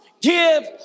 give